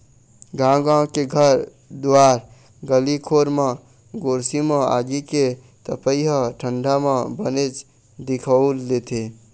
गाँव गाँव के घर दुवार गली खोर म गोरसी म आगी के तपई ह ठंडा म बनेच दिखउल देथे